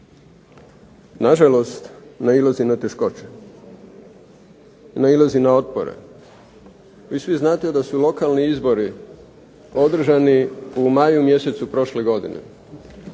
nažalost nailazi na teškoće, nailazi na otpore. Vi svi znate da su lokalni izbori održani u maju mjesecu prošle godine,